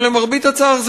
אבל למרבה הצער,